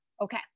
Okay